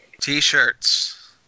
t-shirts